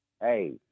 hey